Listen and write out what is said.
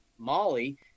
molly